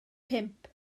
pump